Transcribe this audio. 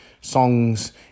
Songs